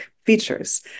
features